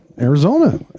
Arizona